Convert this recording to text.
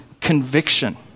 conviction